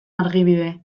argibide